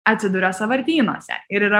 atsiduria sąvartynuose ir yra